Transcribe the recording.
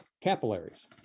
capillaries